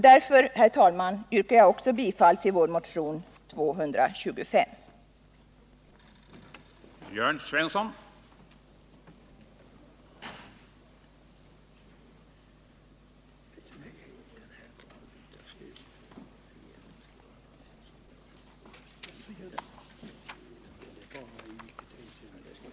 Därför, herr talman, yrkar jag bifall till vår motion 1977/ 18:225.